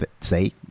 say